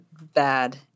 bad